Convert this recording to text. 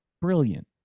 brilliant